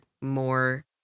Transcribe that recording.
more